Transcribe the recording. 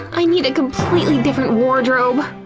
i need a completely different wardrobe!